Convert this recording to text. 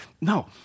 no